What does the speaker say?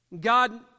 God